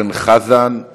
(חישוב תקופת הזכאות המרבית לדמי מחלה),